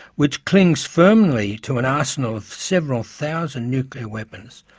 which clings firmly to an arsenal of several thousand nuclear weapons,